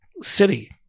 city